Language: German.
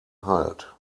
halt